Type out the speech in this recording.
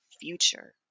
future